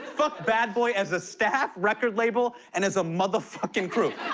fuck bad boy as a staff, record label and as a motherfucking crew.